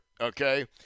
Okay